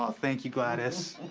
ah thank you, gladys.